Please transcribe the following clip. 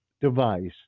device